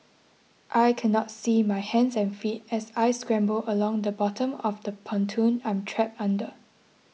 I cannot see my hands and feet as I scramble along the bottom of the pontoon I'm trapped under